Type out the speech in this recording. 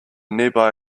nearby